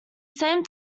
same